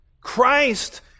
Christ